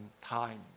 time